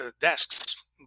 desks